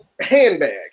handbag